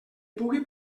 pugui